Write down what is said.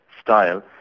style